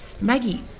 Maggie